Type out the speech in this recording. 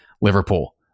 liverpool